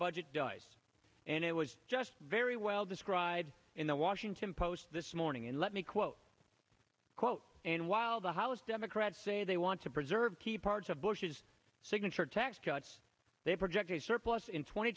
budget does and it was just very well described in the washington post this morning and let me quote quote and while the house democrats say they want to preserve key parts of bush's signature tax cuts they projected surplus in tw